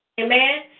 Amen